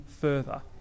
further